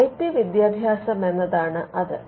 I P വിദ്യാഭ്യാസം എന്നതാണ് അത്